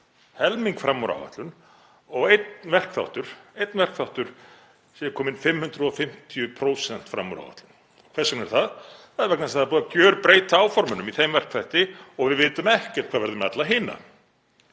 helming fram úr áætlun og einn verkþáttur sé kominn 550% fram úr áætlun? Hvers vegna er það? Það er vegna þess að búið er að gjörbreyta áformunum í þeim verkþætti og við vitum ekkert hvað verður með alla hina.